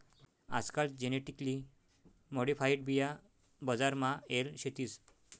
आजकाल genetically modified बिया बजार मा येल शेतीस